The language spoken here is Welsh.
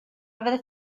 fyddet